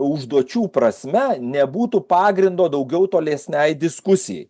užduočių prasme nebūtų pagrindo daugiau tolesnei diskusijai